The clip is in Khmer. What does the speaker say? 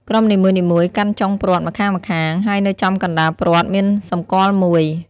ក្រុមនីមួយៗកាន់ចុងព្រ័ត្រម្ខាងៗ ហើយនៅចំកណ្ដាលព្រ័ត្រមានសម្គាល់មួយ។